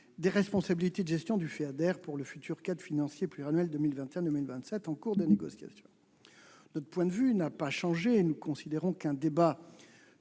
des responsabilités dans la gestion du Feader au titre du futur cadre financier pluriannuel 2021-2027, en cours de négociation. Notre point de vue n'a pas changé. Nous considérons qu'un débat